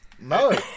No